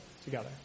together